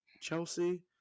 Chelsea